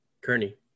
kearney